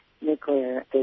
nuclear